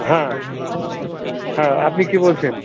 হ্যাঁ হ্যাঁ আপনি কে বলছেন